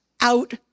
out